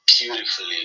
beautifully